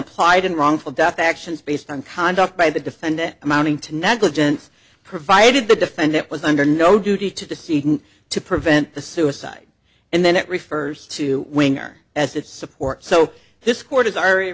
applied in wrongful death actions based on conduct by the defendant amounting to negligence provided the defendant was under no duty to the seeking to prevent the suicide and then it refers to when or as it's support so this court has already